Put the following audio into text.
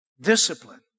Discipline